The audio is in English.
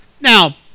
Now